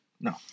No